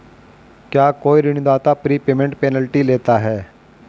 क्या कोई ऋणदाता प्रीपेमेंट पेनल्टी लेता है?